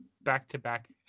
back-to-back